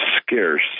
scarce